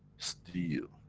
steal.